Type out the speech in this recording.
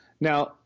Now